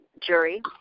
jury